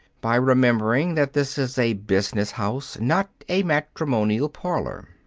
by remembering that this is a business house, not a matrimonial parlor.